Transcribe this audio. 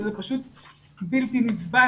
וזה פשוט בלתי נסבל.